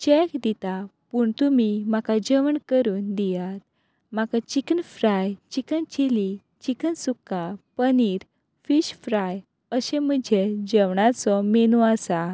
check दिता पूण तुमी म्हाका जेवण करून दियात म्हाका chicken fry chicken chilli chicken sukka paneer fish fry अशें म्हजे जेवणाचो मेनू आसा